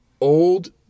old